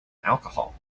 alcohol